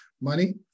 Money